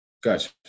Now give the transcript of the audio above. Gotcha